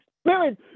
spirit